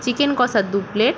chicken কষা দু plate